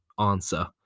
answer